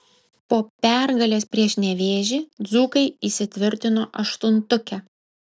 po pergalės prieš nevėžį dzūkai įsitvirtino aštuntuke